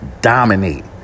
dominate